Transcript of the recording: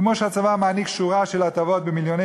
כמו שהצבא מעניק שורה של הטבות במיליוני